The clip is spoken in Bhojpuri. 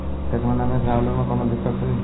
खेत मे नमी स आलू मे कऊनो दिक्कत होई?